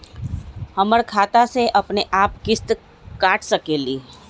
हमर खाता से अपनेआप किस्त काट सकेली?